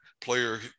player